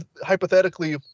hypothetically